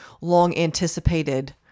long-anticipated